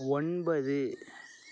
ஒன்பது